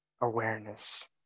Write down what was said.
awareness